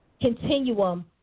continuum